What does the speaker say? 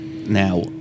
Now